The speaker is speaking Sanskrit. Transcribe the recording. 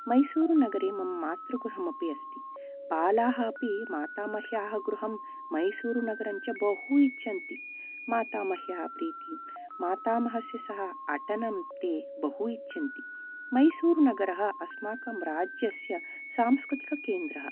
मैसूरुनगरे मम मातृगृहमपि अस्ति बालाः अपि मातामह्याः गृहं मैसूरुनगरं च बहु इच्छन्ति मातामह्याः प्रीतिं मातामहस्य सह अटनं ते बहु इच्छन्ति मैसूरुनगरम् अस्माकं राज्यस्य सांस्कृतिककेन्द्रः